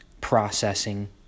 processing